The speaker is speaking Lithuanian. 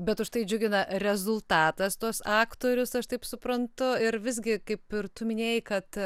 bet už tai džiugina rezultatas tuos aktorius aš taip suprantu ir visgi kaip ir tu minėjai kad